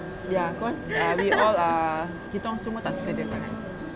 ya cause uh we all are kita orang semua tak suka dia sangat